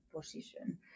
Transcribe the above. position